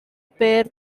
pair